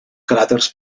cràters